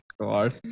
God